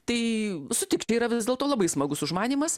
tai sutik tai yra vis dėlto labai smagus užmanymas